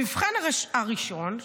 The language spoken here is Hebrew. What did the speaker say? במבחן הראשון,